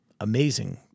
amazing